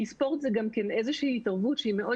כי ספורט זה גם כן איזושהי התערבות שהיא מאוד